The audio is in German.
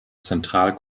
zentral